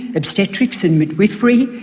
obstetric and midwifery